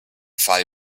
fall